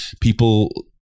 people